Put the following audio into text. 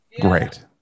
great